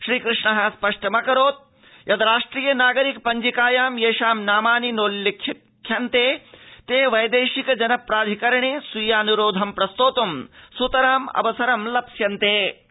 श्रीकृष्णः स्पष्टमकरोद यत् राष्ट्रिय नागरिक पञ्जिकायां येषां नामानि नोल्लिखितानि ते वैदेशिक जन प्राधिकरणे स्वीयानुरोधं प्रस्तोत् सुतराम् अवसरं प्राप्स्यन्ति